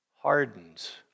hardens